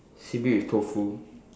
seaweed with tofu